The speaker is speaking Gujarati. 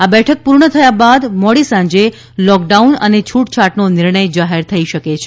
આ બેઠક પૂર્ણ થયા બાદ મોડી સાંજે લોકડાઉન અને છૂટછાટનો નિર્ણય જાહેર થઇ શકે છે